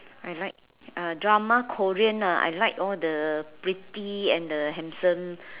I like uh drama Korean ah I like all the pretty and the handsome